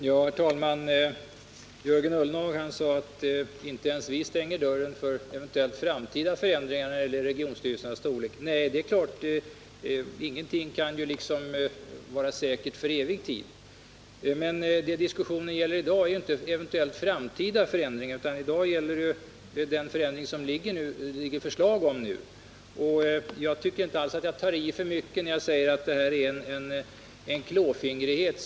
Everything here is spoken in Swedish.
Herr talman! Jörgen Ullenhag sade att inte ens vi stänger dörren för eventuella framtida förändringar när det gäller regionstyrelsernas storlek. Det är klart att vi inte gör det, för ingenting kan vara säkert för evig tid. Vad diskussionen i dag gäller är inte eventuella framtida förändringar utan den förändring som det nu föreligger förslag om. Jag tycker inte alls att jag tar i för mycket när jag säger att det är en klåfingrighet.